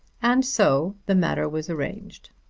and so the matter was arranged.